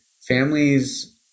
families